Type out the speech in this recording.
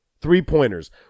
three-pointers